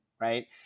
right